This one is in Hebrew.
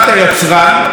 טושיבה,